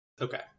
Okay